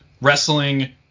wrestling